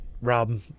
rob